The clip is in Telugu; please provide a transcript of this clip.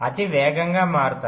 అవి వేగంగా మారుతాయి